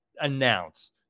announce